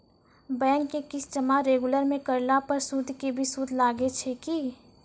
Bank के किस्त जमा रेगुलर नै करला पर सुद के भी सुद लागै छै कि?